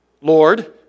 Lord